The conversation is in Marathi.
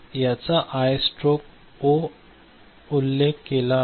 याचा आय स्ट्रोक ओ असा उल्लेख केला आहे